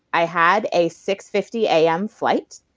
i had a six fifty am flight,